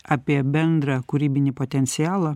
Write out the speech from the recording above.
apie bendrą kūrybinį potencialą